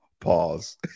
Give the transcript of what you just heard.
Pause